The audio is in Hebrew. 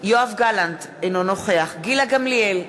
יואב גלנט, אינו נוכח גילה גמליאל,